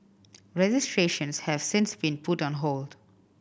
registrations have since been put on hold